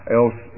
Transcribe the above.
else